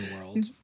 world